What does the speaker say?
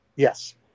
Yes